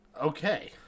Okay